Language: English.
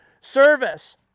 service